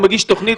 הוא מגיש תוכנית,